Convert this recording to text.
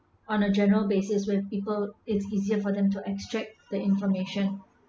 on a general basis where people it's easier for them to extract the information